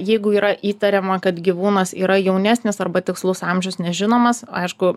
jeigu yra įtariama kad gyvūnas yra jaunesnis arba tikslus amžius nežinomas aišku